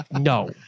No